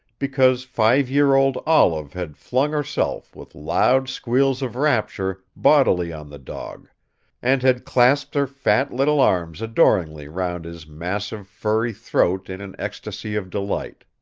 because five-year-old olive had flung herself, with loud squeals of rapture, bodily on the dog and had clasped her fat little arms adoringly round his massive furry throat in an ecstasy of delight.